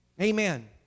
Amen